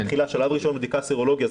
השלב הראשון זה בדיקת סרולוגיה,